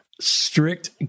Strict